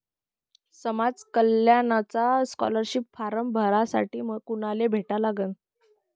समाज कल्याणचा scholarship form भरासाठी कुनाले भेटा लागन?